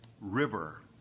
river